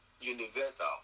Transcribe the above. universal